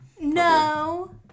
No